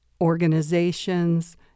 organizations